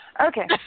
Okay